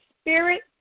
spirit